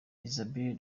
isabel